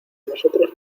nosotros